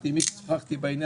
כששוחחתי עם מי ששוחחתי בעניין,